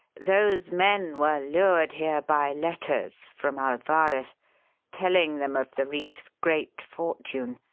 those men were lured here by letters from alvarez telling them of the reef's great fortune,